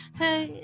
hey